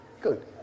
Good